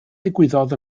ddigwyddodd